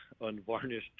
unvarnished